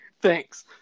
Thanks